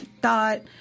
thought